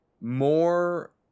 more –